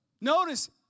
Notice